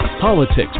politics